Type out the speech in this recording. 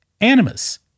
animus